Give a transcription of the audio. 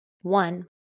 One